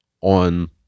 on